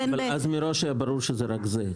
אז מראש היה ברור שזה רק זה.